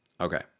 Okay